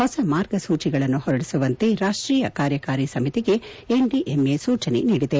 ಹೊಸ ಮಾರ್ಗಸೂಚಿಗಳನ್ನು ಹೊರಡಿಸುವಂತೆ ರಾಷ್ಷೀಯ ಕಾರ್ಯಕಾರಿ ಸಮಿತಿಗೆ ಎನ್ಡಿಎಂಎ ಸೂಚನೆ ನೀಡಿದೆ